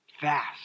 fast